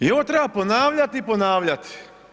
I ovo treba ponavljati i ponavljati.